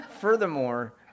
furthermore